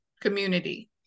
community